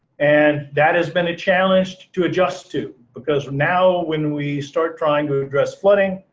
and that has been a challenge to to adjust to, because now when we start trying to address flooding,